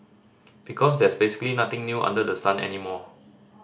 because there's basically nothing new under the sun anymore